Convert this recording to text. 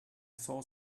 saw